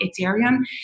Ethereum